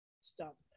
Stop